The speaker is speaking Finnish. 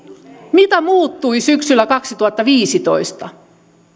mikä muuttui syksyllä kaksituhattaviisitoista